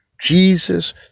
Jesus